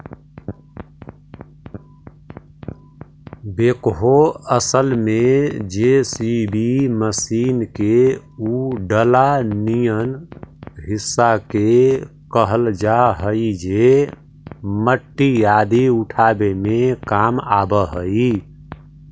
backhoe असल में JCB machine के उ डला निअन हिस्सा के कहल जा हई जे मट्टी आदि उठावे के काम आवऽ हई